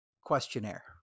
questionnaire